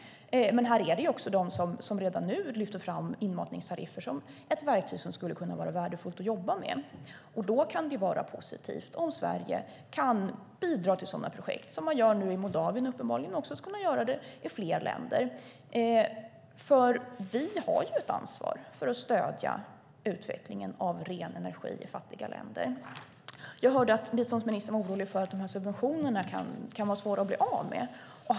Här finns de som redan nu lyfter fram inmatningstariffer som ett verktyg som skulle kunna vara värdefullt att jobba med. Då kan det vara positivt om Sverige kan bidra till sådana projekt som man uppenbarligen nu gör i Moldavien och också göra det i fler länder. Vi har ju ett ansvar för att stödja utvecklingen av ren energi i fattiga länder. Jag hörde att biståndsministern var orolig för att de här subventionerna kan vara svåra att bli av med.